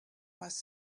was